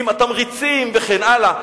עם התמריצים וכן הלאה,